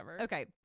Okay